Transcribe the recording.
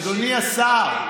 אדוני השר,